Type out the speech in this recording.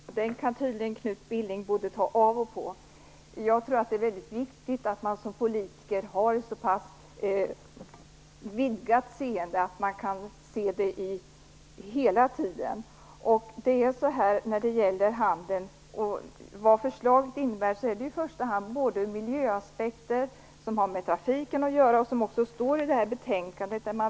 Fru talman! Den kostymen kan Knut Billing tydligen både ta av och ta på. Jag tror att det är väldigt viktigt att man som politiker har ett så pass vidgat seende att man alltid kan se helheten. När det gäller handeln är det i första hand fråga om miljöaspekter, som har med trafiken att göra. Det står också i betänkandet.